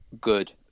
good